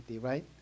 right